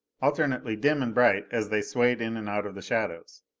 alternately dim and bright as they swayed in and out of the shadows.